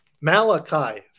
Malachi